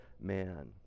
man